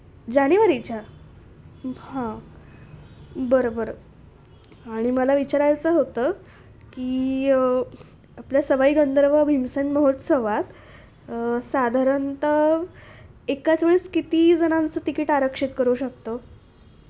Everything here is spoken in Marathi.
जानेवारीच्या हां बरं बरं आणि मला विचारायचं होतं की आपल्या सवाई गंधर्व भीमसेन महोत्सवात साधारणत एकाच वेळेस किती जणांचं तिकीट आरक्षित करू शकतो